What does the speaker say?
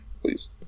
please